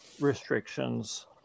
restrictions